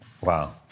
Wow